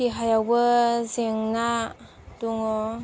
देहायावबो जेंना दङ